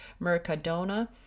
Mercadona